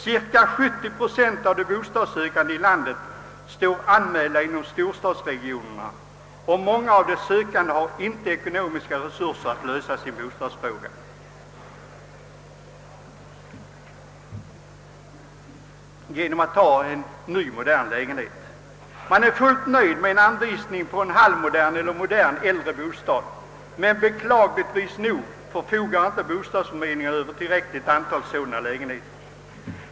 Cirka 70 procent av de bostadssökande i landet står anmälda inom storstadsregionerna, och många av de sökande har inte ekonomiska resurser att lösa sin bostadsfråga genom att ta en ny, modern lägenhet. Man är fullt nöjd med en anvisning på en halv modern eller modern äldre bostad. Men beklagligtvis förfogar inte bostadsförmedlingarna över tillräckligt antal sådana lägenheter.